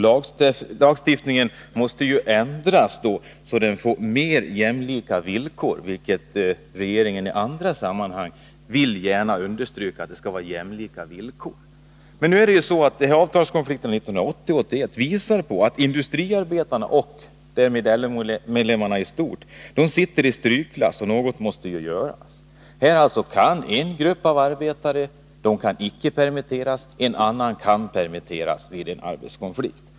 Lagstiftningen måste därför ändras, så att den får mer jämlika villkor — regeringen vill ju gärna i andra sammanhang understryka att det skall gälla jämlika villkor. Avtalskonflikterna 1980 och 1981 visar på att industriarbetarna, och därmed LO-medlemmarna i stort, sitter i strykklass. Något måste göras. En grupp av arbetare kan alltså icke permitteras, en annan kan permitteras vid en arbetskonflikt.